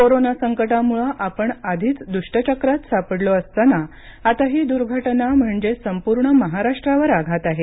corona संकटामुळे आपण आधीच दुष्टचक्रात सापडलो असताना आता ही दुर्घटना म्हणजे संपूर्ण महाराष्ट्रावर आघात आहे